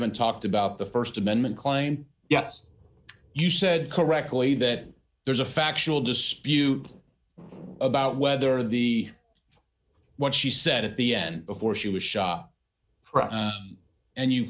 haven't talked about the st amendment claim yes you said correctly that there's a factual dispute about whether the what she said at the end before she was shot and you